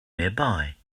nearby